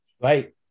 Right